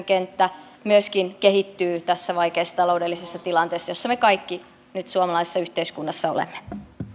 kenttä myöskin kehittyy tässä vaikeassa taloudellisessa tilanteessa jossa me kaikki nyt suomalaisessa yhteiskunnassa olemme